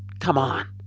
come on.